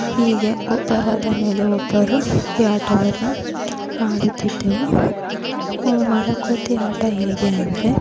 ಹೀಗೆ ಒಬ್ಬರಾದ ಮೇಲೆ ಒಬ್ಬರು ಈ ಆಟವನ್ನು ಆಡುತ್ತಿದ್ದೆವು ಮರಕೋತಿ ಆಟ ಹೇಗೆ ಅಂದರೆ